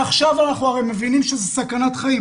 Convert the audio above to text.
הרי עכשיו אנחנו מבינים שזה סכנת חיים.